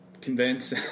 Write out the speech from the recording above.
convince